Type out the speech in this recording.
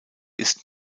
ist